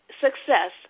success